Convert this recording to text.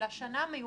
אלא שנה מיוחדת,